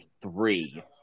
three